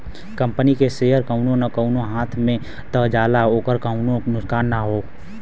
company के share कउनो न कउनो हाथ मे त जाला ओकर कउनो नुकसान ना हौ